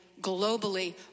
globally